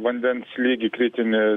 vandens lygį kritinį